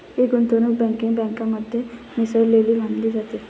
ही गुंतवणूक बँकिंग बँकेमध्ये मिसळलेली मानली जाते